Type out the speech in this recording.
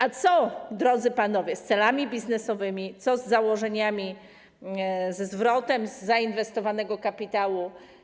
A co, drodzy panowie, z celami biznesowymi, co z założeniami, ze zwrotem z zainwestowanego kapitału?